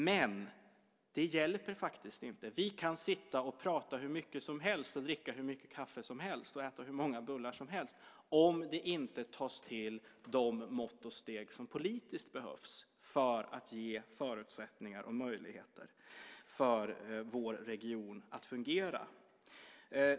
Men det hjälper faktiskt inte. Vi kan sitta och prata hur mycket som helst, dricka hur mycket kaffe som helst och äta hur många bullar som helst om inte de mått och steg tas som politiskt behövs för att ge förutsättningar och möjligheter för vår region att fungera.